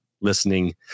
listening